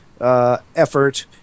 effort